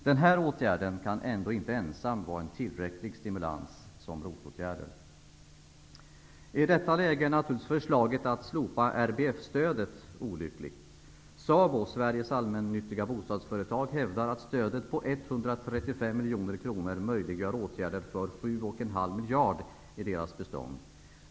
Den här åtgärden ensam kan ändå inte vara en tillräcklig stimulans som ROT-åtgärd. I detta läge är naturligtvis förslaget om att slopa RBF-stödet olyckligt. Sveriges allmännyttiga bostadsföretag, SABO, hävdar att stödet på 135 miljarder i fråga om SABO:s bestånd.